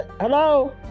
hello